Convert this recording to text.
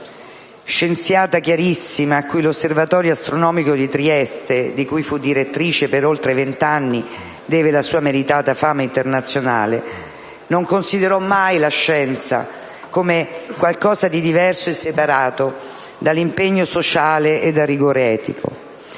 Scienziata chiarissima a cui l'Osservatorio astronomico di Trieste, di cui fu direttrice per oltre vent'anni, deve la sua meritata fama internazionale, non considerò mai la scienza come qualcosa di diverso e separato dall'impegno sociale e dal rigore etico,